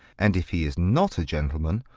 and if he is not a gentleman,